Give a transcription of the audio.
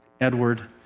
Edward